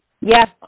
Yes